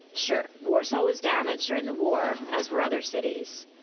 sure. warsaw was damaged during the war as were other cities.